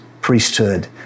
priesthood